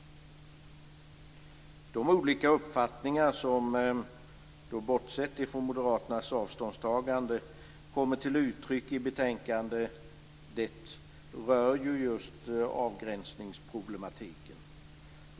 De olika uppfattningar som, bortsett från Moderaternas avståndstagande, kommer till uttryck i betänkandet rör ju just avgränsningsproblemen.